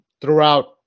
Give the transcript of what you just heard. throughout